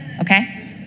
okay